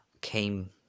came